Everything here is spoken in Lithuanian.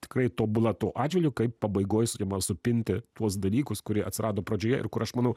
tikrai tobula tuo atžvilgiu kaip pabaigoj sugeba supinti tuos dalykus kurie atsirado pradžioje ir kur aš manau